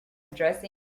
addressing